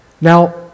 Now